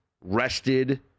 rested